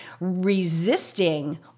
resisting